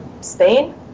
Spain